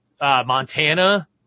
Montana